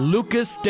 Lucas